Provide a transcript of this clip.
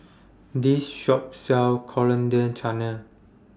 This Shop sells Coriander Chutney